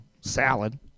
salad